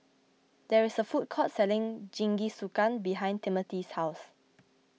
there is a food court selling Jingisukan behind Timothy's house